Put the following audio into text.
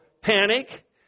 panic